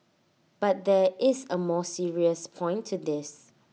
but there is A more serious point to this